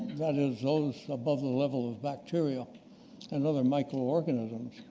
that is those above the level of bacteria and other microorganisms.